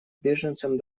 беженцам